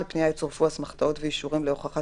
לפנייה יצורפו אסמכתאות ואישורים להוכחת